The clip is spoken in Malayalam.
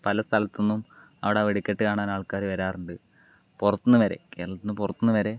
പല സ്ഥലത്ത് നിന്നും അവിടെ വെടിക്കെട്ട് കാണാൻ ആൾക്കാര് വരാറുണ്ട് പുറത്തുനിന്നുവരെ കേരളത്തിന്ന് പുറത്തുനിന്ന് വരെ